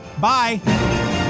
bye